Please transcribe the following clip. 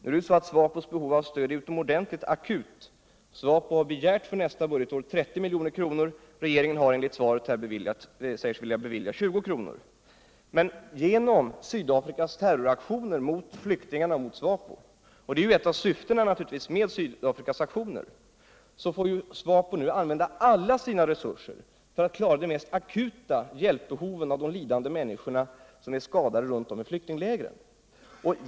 Nu är det så att SVAPO:s behov av stöd är utomordentligt akut. SWAPO har för niästa budgetår begärt 30 miljoner. Regeringen har enligt svaret beslutat bevilja 20 milj.kr. Men genom Sydafrikas terroraktioner mot flyktingarna, mot SWAPO -— det är naturligtvis ett av syftena med Sydafrikas aktioner — får SWAPO nu använda alla sina resurser för att klara de mest akuta hjälpbehoven hos de lidande människor som är skadade runt om i flyktinglägren.